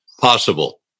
possible